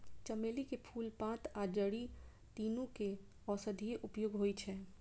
चमेली के फूल, पात आ जड़ि, तीनू के औषधीय उपयोग होइ छै